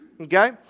okay